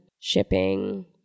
shipping